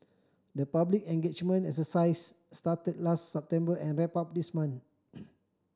the public engagement exercises started last September and wrapped up this month